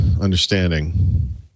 understanding